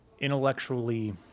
intellectually